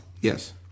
Yes